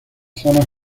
zonas